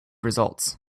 results